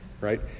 right